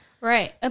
Right